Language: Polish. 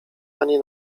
ani